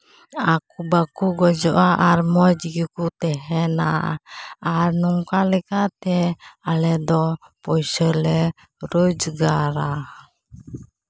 ᱵᱟᱠᱚ ᱜᱚᱡᱚᱜᱼᱟ ᱟᱨ ᱢᱚᱡᱽ ᱜᱮᱠᱚ ᱛᱱᱮᱦᱮᱱᱟ ᱟᱨ ᱱᱚᱝᱠᱟ ᱞᱮᱠᱟᱛᱮ ᱟᱞᱮ ᱫᱚ ᱯᱚᱭᱥᱟᱹ ᱞᱮ ᱨᱳᱡᱽᱜᱟᱨᱟ